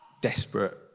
desperate